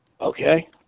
Okay